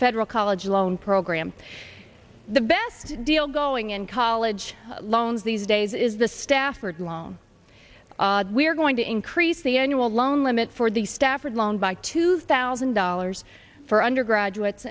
federal college loan program the best deal going in college loans these days is the stafford loan we're going to increase the annual loan limit for the stafford loan by two thousand dollars for undergraduate